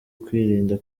kwirinda